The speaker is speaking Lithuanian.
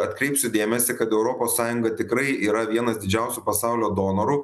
atkreipsiu dėmesį kad europos sąjunga tikrai yra vienas didžiausių pasaulio donorų